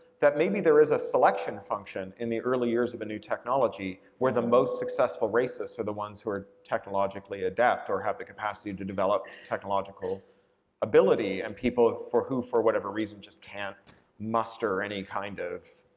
that maybe there is a selection function in the early years of a new technology where the most successful racists are the ones who are technologically adept or have the capacity and to develop technological ability. and people, for who, for whatever reason, just can't muster any kind of,